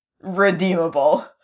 redeemable